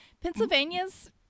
Pennsylvania's